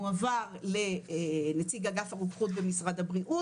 מועבר לנציג אגף הרוקחות במשרד הבריאות,